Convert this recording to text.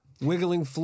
Wiggling